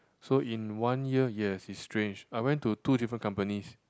so in one year yes it's strange I went to two different companies